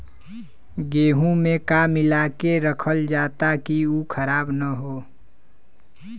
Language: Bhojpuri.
गेहूँ में का मिलाके रखल जाता कि उ खराब न हो?